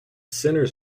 sinners